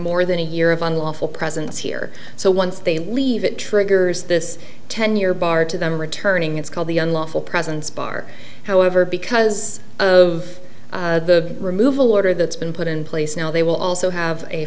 more than a year of unlawful presence here so once they leave it triggers this ten year bar to them returning it's called the unlawful presence bar however because of the removal order that's been put in place now they will also have a